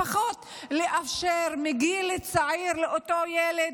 לפחות לאפשר מגיל צעיר לאותו ילד,